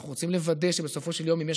אנחנו רוצים לוודא שבסופו של יום אם יש